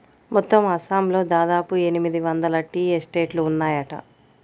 మొత్తం అస్సాంలో దాదాపు ఎనిమిది వందల టీ ఎస్టేట్లు ఉన్నాయట